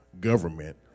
government